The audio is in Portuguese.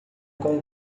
com